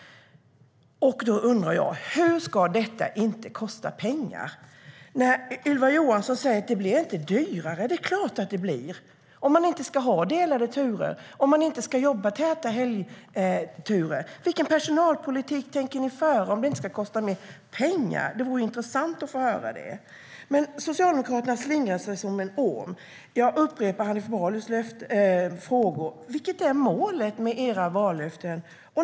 Då undrar jag: Hur ska detta inte kosta pengar? Ylva Johansson säger: Det blir inte dyrare. Det är klart att det blir, om man inte ska ha delade turer och om man inte ska jobba täta helgturer. Vilken personalpolitik tänker ni föra om det inte ska kosta mer pengar? Det vore intressant att få höra det. Socialdemokraterna slingrar sig som en orm. Jag upprepar Hanif Balis frågor: Vilket är målet med era vallöften?